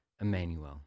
Emmanuel